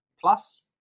plus